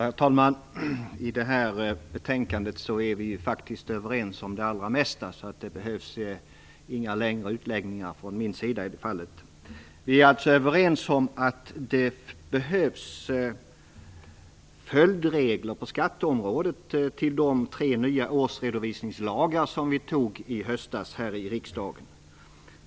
Herr talman! I detta betänkande är vi faktiskt överens om det allra mesta. Det behövs alltså inga längre utläggningar från mina sida. Vi är överens om att det behövs följdregler på skatteområdet till de tre nya årsredovisningslagar vi beslutade om här i riksdagen i höstas.